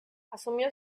asumió